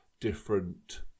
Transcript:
different